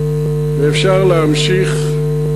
ואפשר להמשיך.